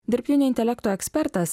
dirbtinio intelekto ekspertas